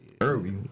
early